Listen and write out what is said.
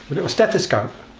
stethoscope.